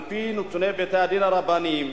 על-פי נתוני בתי-הדין הרבניים